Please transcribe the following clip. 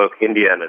Indiana